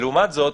ולעומת זאת,